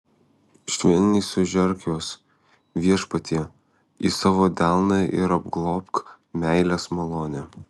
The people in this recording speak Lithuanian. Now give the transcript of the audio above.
švelniai sužerk juos viešpatie į savo delną ir apglobk meilės malone